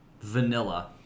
vanilla